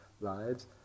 lives